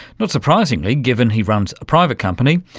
not surprisingly, given he runs a private company,